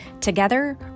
Together